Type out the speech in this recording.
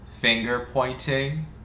finger-pointing